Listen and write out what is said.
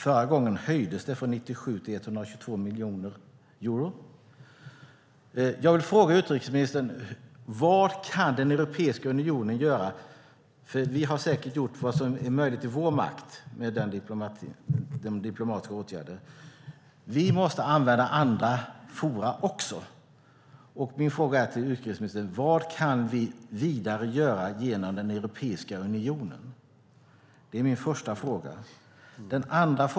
Förra gången höjdes biståndet från 97 till 122 miljoner euro. Vi har säkert gjort vad som är möjligt i vår makt med diplomatiska åtgärder. Vi måste använda andra forum också, och min första fråga till utrikesministern är: Vad kan vi vidare göra genom den europeiska unionen?